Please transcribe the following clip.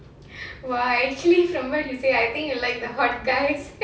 !wah! actually from what you say I think you like the hot guys